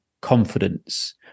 confidence